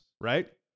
right